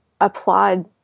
applaud